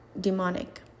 demonic